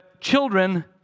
children